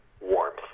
warmth